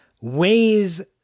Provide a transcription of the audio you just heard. ways